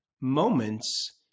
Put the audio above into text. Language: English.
moments